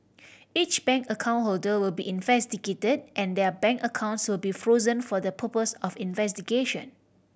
each bank account holder will be investigated and their bank accounts will be frozen for the purpose of investigation